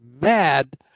mad